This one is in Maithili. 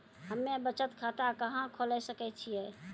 हम्मे बचत खाता कहां खोले सकै छियै?